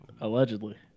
Allegedly